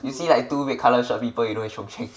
you see like two red colour shirt people you know is chung cheng